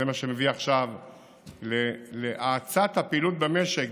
וזה מה שמביא עכשיו להאצת הפעילות במשק.